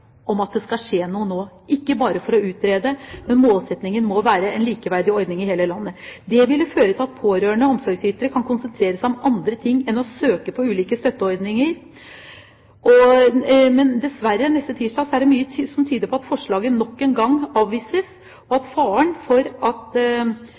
om at det skal skje noe nå, og at man ikke bare utreder. Men målsettingen må være en likeverdig ordning i hele landet. Det vil føre til at pårørende omsorgsytere kan konsentrere seg om andre ting enn å søke på ulike støtteordninger. Men dessverre er det mye som tyder på at forslaget nok en gang avvises neste tirsdag, og